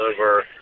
over